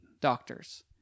doctors